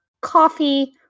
coffee